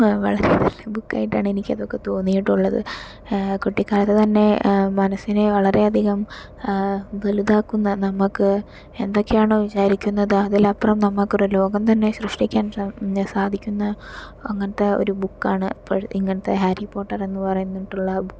നല്ല ബൂക്കായിട്ടാണ് അതൊക്കെ എനിക്ക് തോന്നിയത് കുട്ടിക്കാലത്തുതന്നെ മനസ്സിനെ വളരെയധികം വലുതാക്കുന്ന നമുക്ക് എന്തൊക്കെയാണോ വിചാരിക്കുന്നത് അതിലപ്പുറം നമുക്ക് ഒരു ലോകം തന്നെ സൃഷ്ട്ടിക്കാൻ സാധിക്കുന്ന അങ്ങനത്ത ഒരു ബുക്ക് ആണ് ഇങ്ങനത്തെ ഹാരിപോർട്ടർ എന്നുപറഞ്ഞിട്ടുള്ള ബുക്ക്